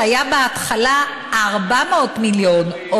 שהיה בהתחלה 400 מיליון,